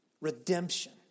Redemption